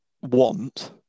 want